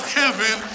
heaven